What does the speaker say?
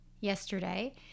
yesterday